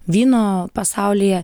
vyno pasaulyje